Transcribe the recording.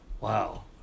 Wow